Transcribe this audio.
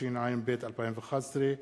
התשע"ב 2011,